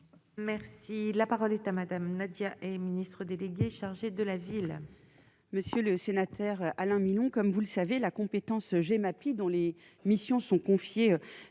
Merci, la parole est à Madame, Nadia et ministre délégué chargé de la ville. Monsieur le sénateur Alain Milon, comme vous le savez la compétence Gemapi dont les missions sont confiées